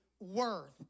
worth